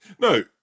no